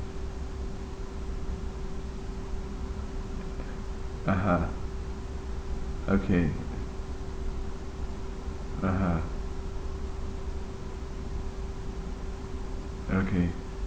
(uh huh) okay (uh huh) okay